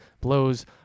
blows